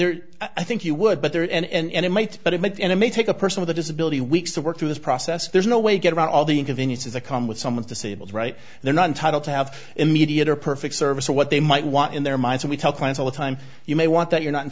there i think you would but there and it might but it meant and it may take a person with a disability weeks to work through this process there's no way to get around all the inconveniences the come with some with disabled right they're not entitled to have immediate or perfect service or what they might want in their mind so we tell clients all the time you may want that you're not